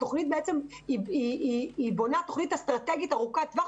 התוכנית בונה תוכנית אסטרטגית ארוכת טווח